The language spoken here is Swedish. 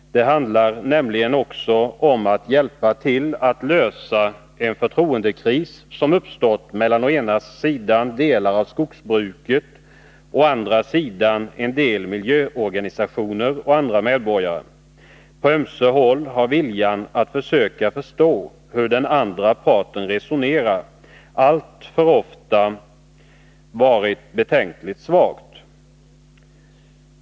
Det handlar nämligen också om att hjälpa till att lösa en förtroendekris som uppstått mellan å ena sidan delar av skogsbruket och å andra sidan en del miljöorganisationer och andra medborgare. På ömse håll har viljan att försöka förstå hur den andra parten resonerar alltför ofta varit betänkligt svag.